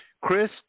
Chris